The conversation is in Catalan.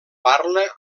parla